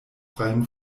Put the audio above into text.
freiem